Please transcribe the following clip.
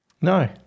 no